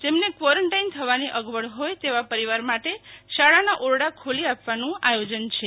જેમને કવોરંટાઈન થવાની અગવડ હોથ તેવા પરીવાર માટે શાળાના ઓરડા ખોલી આપવાનું આયોજન છે